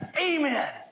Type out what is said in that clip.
Amen